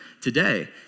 today